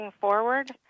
forward